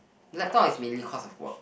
laptop is mainly cause of work